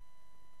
לישראל.